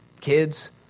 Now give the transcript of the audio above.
Kids